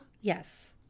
yes